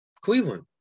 Cleveland